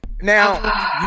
now